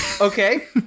Okay